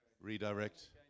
redirect